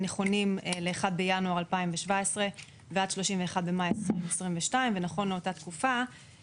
נכונים ל-1 בינואר 2017 עד ל-31 במאי 2022. יחס